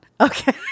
okay